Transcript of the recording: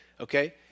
okay